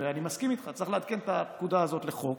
ואני מסכים איתך, צריך לעדכן את הפקודה הזאת לחוק,